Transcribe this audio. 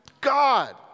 God